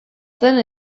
zen